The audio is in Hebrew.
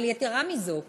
יתרה מזאת,